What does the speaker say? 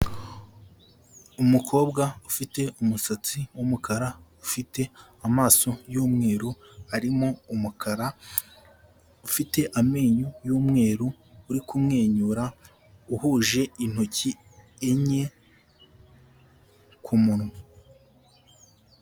Umukobwa ufite umusatsi w'umukara, ufite amaso y'umweru arimo umukara, ufite amenyo y'umweru, uri kumwenyura, uhuje intoki enye ku munwa.